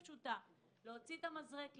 להוציא את המזרק ולהזריק.